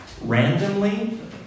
randomly